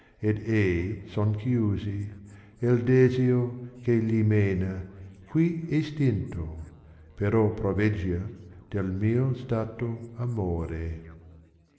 ed eì son chiudi e desio che gli mena qui è stinto però proveggia del mio stato amore